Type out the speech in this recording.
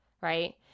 right